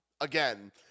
again